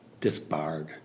disbarred